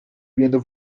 viendo